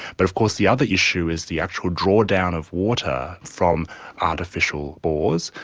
but of course the other issue is the actual drawdown of water from artificial bores.